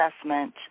assessment